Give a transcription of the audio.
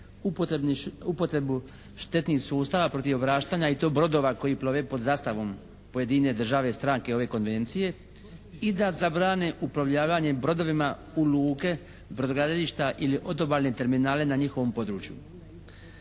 upotrebu štetnih sustava protiv obraštanja i to brodova koji plove pod zastavom pojedine države stranke ove konvencije i da zabrane uplovljavanje brodovima u luke brodogradilišta ili od obalne terminale na njihovom području.